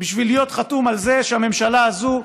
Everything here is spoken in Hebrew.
זה בשביל להיות חתום על זה שהממשלה הזו משלמת,